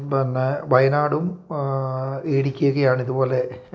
പിന്നെ വയനാടും ഇടിക്കിയൊക്കെയാണ് ഇതുപോലെ